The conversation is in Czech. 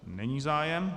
Není zájem?